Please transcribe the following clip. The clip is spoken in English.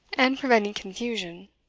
and preventing confusion.